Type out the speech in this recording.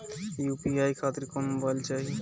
UPI खातिर कौन mobile चाहीं?